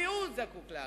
המיעוט זקוק להגנה.